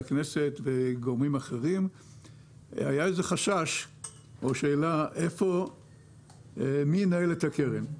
הכנסת וגורמים אחרים היה איזה חשש או שאלה מי ינהל את הקרן.